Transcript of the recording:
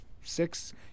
six